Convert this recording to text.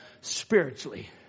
Spiritually